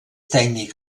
tècnic